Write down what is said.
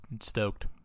stoked